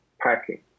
packing